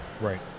Right